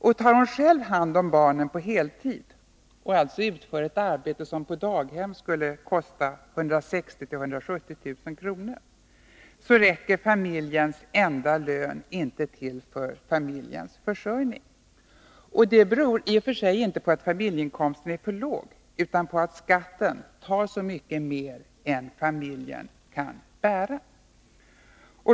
Och tar hon själv hand om barnen på heltid — och utför ett arbete som på daghem kostar 160 000-170 000 kr. — räcker familjens enda lön inte till för familjens försörjning. Det beror i och för sig inte på att familjeinkomsten är för låg utan på att skatten tar mer än familjen kan bära.